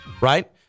right